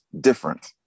different